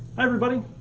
everybody,